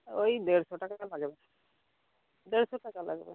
ওই দেড়শো টাকা লাগবে দেড়শো টাকা লাগবে